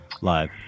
live